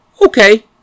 okay